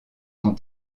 son